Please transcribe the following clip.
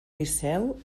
liceu